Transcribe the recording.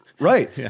Right